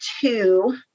two